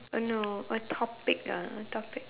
no a topic ah a topic